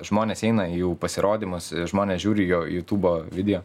žmonės eina į jų pasirodymus žmonės žiūri jo jutubo video